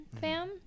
fam